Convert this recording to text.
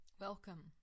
Welcome